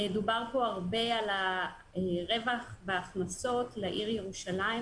דובר פה הרבה על הרווח וההכנסות לעיר ירושלים,